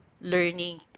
learning